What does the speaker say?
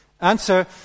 Answer